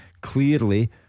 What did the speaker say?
clearly